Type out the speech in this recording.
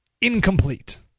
incomplete